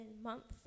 months